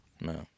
No